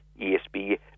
ESB